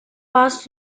warst